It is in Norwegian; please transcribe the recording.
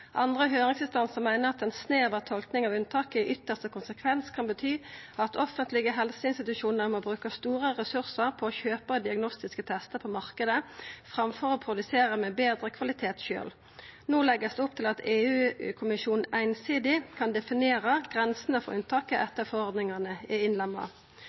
Andre høyringsinstansar meiner at ein snev av tolking av unntaket i ytste konsekvens kan bety at offentlege helseinstitusjonar må bruka store ressursar på å kjøpa diagnostiske testar på marknaden framfor å produsera med betre kvalitet sjølve. No vert det lagt opp til at EU-kommisjonen einsidig kan definera grensene for unntaket etter at forordningane er innlemma.